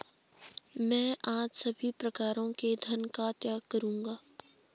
मैं आज सभी प्रकारों के धन का त्याग करूंगा